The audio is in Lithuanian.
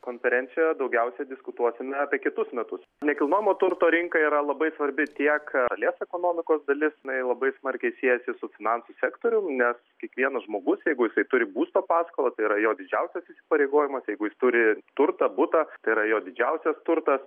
konferencijoje daugiausiai diskutuosime apie kitus metus nekilnojamo turto rinka yra labai svarbi tiek šalies ekonomikos dalis jinai labai smarkiai siejasi su finansų sektorium nes kiekvienas žmogus jeigu jisai turi būsto paskolą tai yra jo didžiausias įsipareigojimas jeigu jis turi turtą butą tai yra jo didžiausias turtas